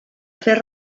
fer